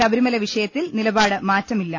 ശബരിമല വിഷയത്തിൽ നിലപാട് മാറ്റമില്ല